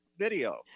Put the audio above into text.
video